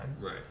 right